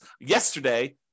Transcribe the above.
yesterday